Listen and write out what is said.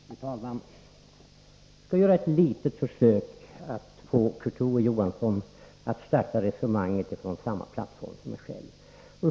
Fru talman! Jag skall göra ett litet försök att få Kurt Ove Johansson att starta resonemanget från samma plattform som jag.